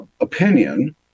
opinion